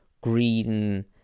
green